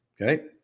okay